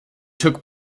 took